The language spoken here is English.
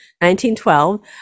1912